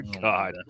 God